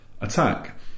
attack